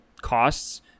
costs